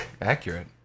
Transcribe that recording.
accurate